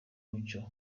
mucyo